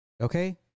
Okay